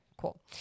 Cool